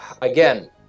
again